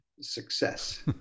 success